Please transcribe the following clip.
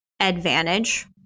advantage